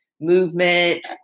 Movement